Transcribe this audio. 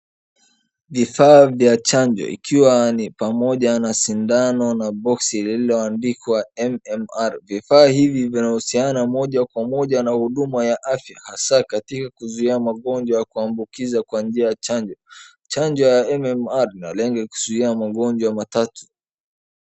Vifaa vya chanjo, ikiwa ni pamoja na sindano na boxi lililoandikwa MMR. Vifaa hivi vinahusiana na moja kwa moja na huduma ya afya, hasa katika kuzuia magonjwa ya kuambukiza kwa njia ya chanjo. Chanjo ya MMR inalenga kuzuia magonjwa matatu.